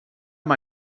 amb